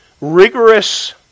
rigorous